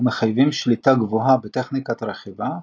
ומחייבים שליטה גבוהה בטכניקת הרכיבה,